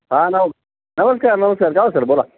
हां नम नमस्कार नमस्कार काय ओ सर बोला